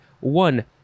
one